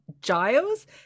giles